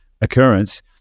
occurrence